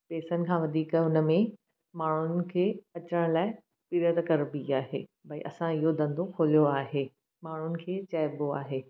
पैसनि खां वधीक उनमें माण्हुनि खे अचण लाइ पीरत कबी आहे भई असां इहो धंधो खोलियो आहे माण्हुनि खे चइबो आहे